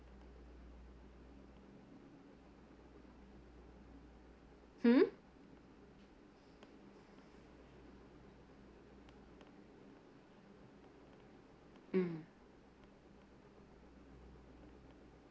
hmm mm